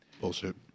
Bullshit